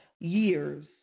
years